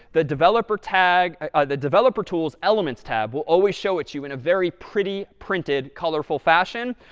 the developer tag ah the developer tools elements tab will always show it to you in a very pretty, printed, colorful fashion.